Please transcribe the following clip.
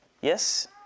Yes